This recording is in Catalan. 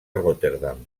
rotterdam